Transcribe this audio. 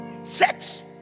set